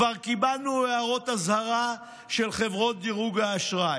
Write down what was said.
כבר קיבלנו הערות אזהרה של חברות דירוג האשראי.